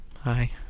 hi